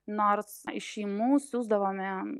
nors iš šeimų siųsdavome